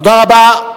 תודה רבה.